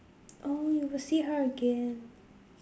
oh you will see her again